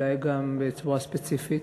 אולי גם בצורה ספציפית,